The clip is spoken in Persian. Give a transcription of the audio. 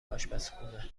اشپزخونه